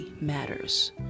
matters